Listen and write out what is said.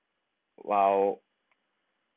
!wow!